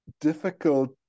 difficult